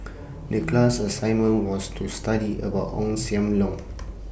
The class assignment was to study about Ong SAM Leong